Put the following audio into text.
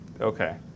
Okay